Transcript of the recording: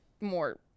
more